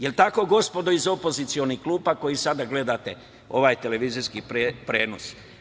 Jel tako, gospodo, iz opozicionih klupa koji sada gledate ovaj televizijski prenos?